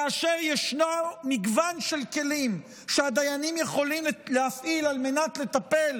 כאשר ישנו מגוון של כלים שהדיינים יכולים להפעיל על מנת לטפל